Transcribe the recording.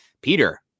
Peter